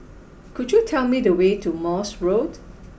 could you tell me the way to Morse Road